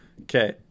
Okay